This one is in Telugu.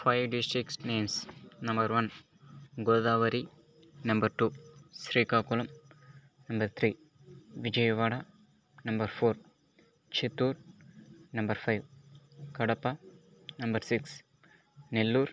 five districts names number one Godavari number two Srikakulam number three Vijayawada number four Chittoor number five Kadapa number six Nellore